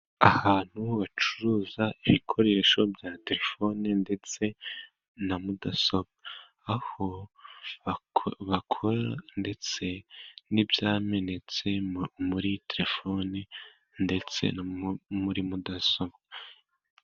Ahantu bacuruza ibikoresho bya telefone ndetse na mudasobwa, aho bakora ndetse n'ibyamenetse muri telefone, ndetse no muri mudasobwa.